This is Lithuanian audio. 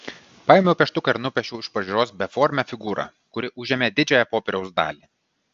paėmiau pieštuką ir nupiešiau iš pažiūros beformę figūrą kuri užėmė didžiąją popieriaus dalį